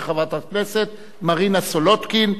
של חברת הכנסת מרינה סולודקין.